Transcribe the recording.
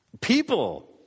people